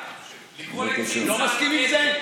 לקרוא לקצין צה"ל, לא מסכים עם זה?